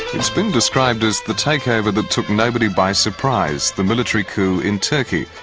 it's been described as the takeover that took nobody by surprise the military coup in turkey,